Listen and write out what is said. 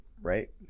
right